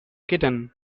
kitten